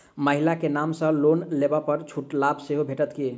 महिला केँ नाम सँ लोन लेबऽ पर छुटक लाभ सेहो भेटत की?